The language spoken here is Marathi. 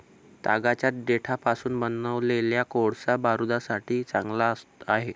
तागाच्या देठापासून बनवलेला कोळसा बारूदासाठी चांगला आहे